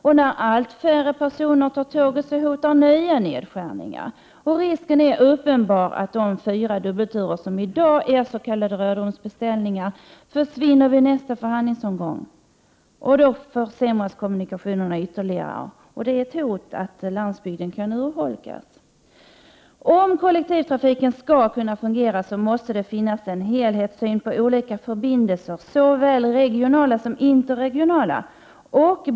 Och när allt färre personer tar tåget, hotar nya nedskärningar. Risken är uppenbar att de fyra dubbelturer som i dag är s.k. rådrumsbeställningar försvinner vid nästa förhandlingsomgång. Då försämras kommunikationerna och landsbygden riskerar att avfolkas. Om kollektivtrafiken skall kunna fungera, måste det finnas en helhetssyn på olika förbindelser, såväl regionala som interregionala.